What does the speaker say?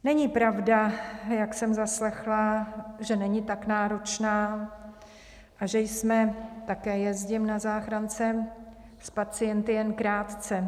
Není pravda, jak jsem zaslechla, že není tak náročná a že jsme také jezdím na záchrance s pacienty jen krátce.